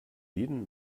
jeden